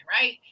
right